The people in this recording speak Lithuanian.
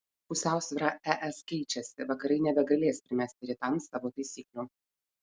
pusiausvyra es keičiasi vakarai nebegalės primesti rytams savo taisyklių